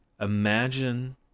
imagine